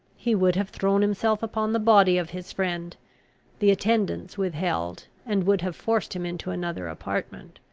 he would have thrown himself upon the body of his friend the attendants withheld, and would have forced him into another apartment.